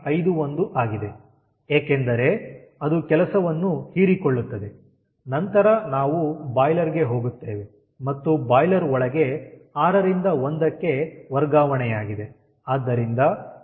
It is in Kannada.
51 ಆಗಿದೆ ಏಕೆಂದರೆ ಅದು ಕೆಲಸವನ್ನು ಹೀರಿಕೊಳ್ಳುತ್ತದೆ ನಂತರ ನಾವು ಬಾಯ್ಲರ್ ಗೆ ಹೋಗುತ್ತೇವೆ ಮತ್ತು ಬಾಯ್ಲರ್ ಒಳಗೆ 6ರಿಂದ 1ಕ್ಕೆ ವರ್ಗಾವಣೆಯಾಗಿದೆ